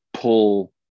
Pull